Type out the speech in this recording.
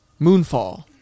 Moonfall